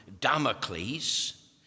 Damocles